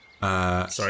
Sorry